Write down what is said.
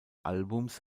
albums